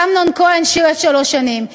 אמנון כהן שירת שלוש שנים,